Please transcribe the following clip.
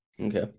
Okay